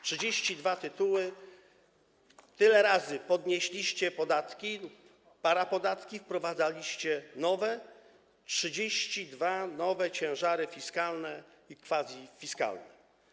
32 tytuły, bo tyle razy podnieśliście podatki, parapodatki i wprowadziliście nowe, 32 nowe ciężary fiskalne i quasi-fiskalne.